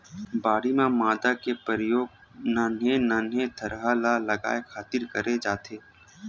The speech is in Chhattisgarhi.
बाड़ी म मांदा के परियोग नान्हे नान्हे थरहा ल लगाय खातिर करे जाथे